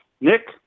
Nick